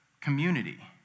community